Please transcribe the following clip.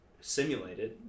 simulated